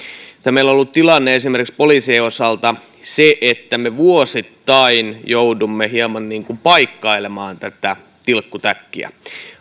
meillä on ollut tilanne esimerkiksi poliisien osalta se että me vuosittain joudumme hieman paikkailemaan tätä tilkkutäkkiä